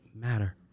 matter